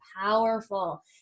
powerful